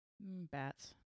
Bats